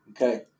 Okay